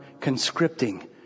conscripting